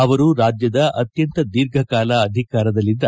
ಅವರು ರಾಜ್ಜದ ಅತ್ಯಂತ ದೀರ್ಘ ಕಾಲ ಅಧಿಕಾರದಲ್ಲಿದ್ದ